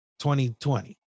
2020